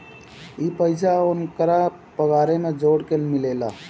ई पइसा ओन्करा पगारे मे जोड़ के मिलेला